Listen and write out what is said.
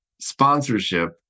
sponsorship